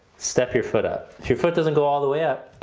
step your foot up. if your foot doesn't go all the way up,